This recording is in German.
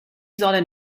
sollen